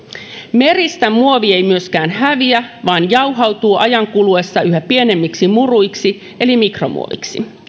meristä muovi ei myöskään häviä vaan jauhautuu ajan kuluessa yhä pienemmiksi muruiksi eli mikromuoviksi